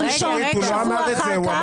ראשון שבוע אחר כך -- הוא לא אמר את זה.